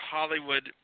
Hollywood